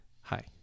hi